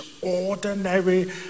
ordinary